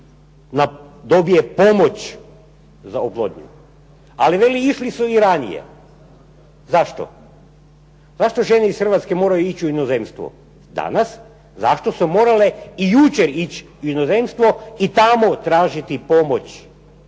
dobije pomoć za oplodnju. Ali veli, išli su i ranije. Zašto? Zašto žene iz Hrvatske moraju ići u inozemstvo, danas, zašto su morale i jučer ići u inozemstvo i tamo tažiti pomoć?